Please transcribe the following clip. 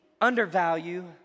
undervalue